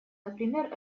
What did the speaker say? например